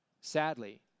Sadly